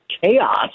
chaos